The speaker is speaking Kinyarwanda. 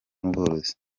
n’ubworozi